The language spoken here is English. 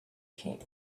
king